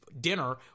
dinner